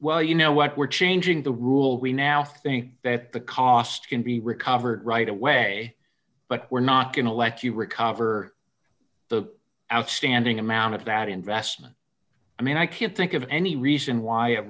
well you know what we're changing the rule we now think that the cost can be recovered right away but we're not going to let you recover the outstanding amount of that investment i mean i can't think of any reason why a